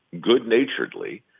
good-naturedly